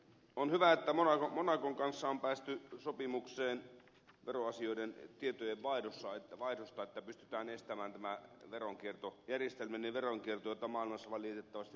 on hyvä että monacon kanssa on päästy sopimukseen veroasioiden tietojenvaihdosta että pystytään estämään tämä järjestelmällinen veronkierto jota maailmassa valitettavasti liikaa on